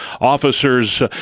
officers